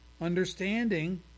understanding